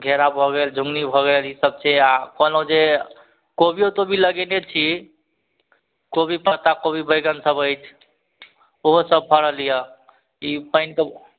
घेरा भऽ गेल झुङ्गनी भऽ गेल ई सब छै आओर कहलहुँ जे कोबियो तोबियो लगेने छी कोबी पत्ता कोबी बैगन सब अछि ओहो सब फड़ल यऽ ई पानिके